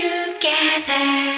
together